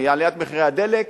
עליית מחירי הדלק,